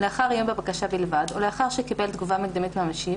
לאחר שעיין בבקשה בלבד או לאחר שקיבל תגובה מקדמית מהמשיב